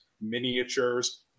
miniatures